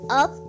up